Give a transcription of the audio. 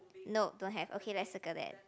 nope don't have okay let's circle that